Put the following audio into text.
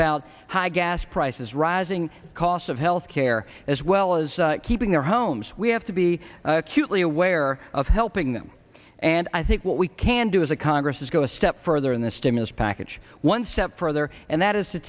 about high gas prices rising costs of health care as well as keeping their homes we have to be acutely aware of helping them and i think what we can do as a congress is go a step further in the stimulus package one step further and that is to